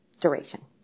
duration